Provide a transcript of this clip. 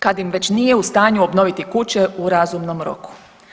Kad im već nije u stanju obnoviti kuće u razumnom roku.